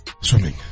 Swimming